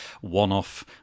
one-off